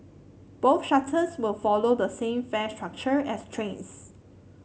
both shuttles will follow the same fare structure as trains